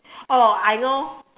oh I know